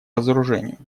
разоружению